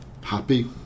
Happy